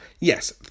yes